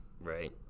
Right